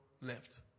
left